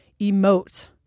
emote